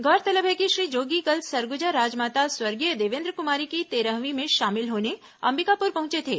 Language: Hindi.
गौरतलब है कि श्री जोगी कल सरगुजा राजमाता स्वर्गीय देवेन्द्र कुमारी की तेरहवीं में शामिल होने अंबिकापुर पहुंचे थे